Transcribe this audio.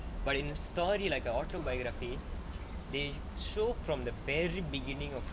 but in a story like a autobiography they show from the very beginning of